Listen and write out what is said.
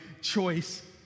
choice